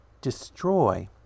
destroy